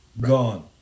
Gone